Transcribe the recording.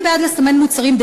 אני בעד לסמן מוצרים,